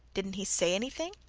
didn't he say anything?